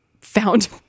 found